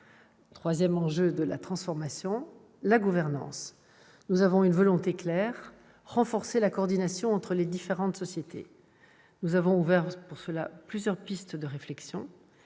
troisième enjeu de la transformation est la gouvernance de l'audiovisuel public. Nous avons une volonté claire : renforcer la coordination entre les différentes sociétés. Nous avons ouvert pour cela plusieurs pistes de réflexion.